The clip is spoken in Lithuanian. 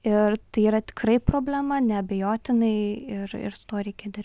ir tai yra tikrai problema neabejotinai ir ir su tuo reikia dirbt